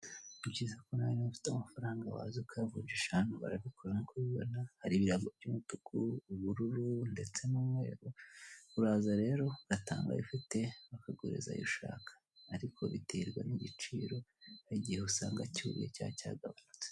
Nibyiza ko nawe niba ufite amafaranga waza ukayavunjisha hano barabikora nk'uko uri kubibona, hari ibirango by'umutuku, ubururu ndetse n'umweru, uraza rero ugatanga ayo ufite bakaguhereza ayo ushaka, ariko biterwa n'igiciro, hari igihe usanga cyuriye cyangwa cyaganyutse.